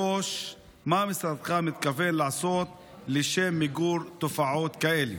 3. מה משרדך מתכוון לעשות לשם מיגור תופעות כאלה?